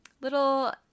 little